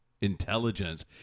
intelligence